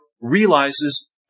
realizes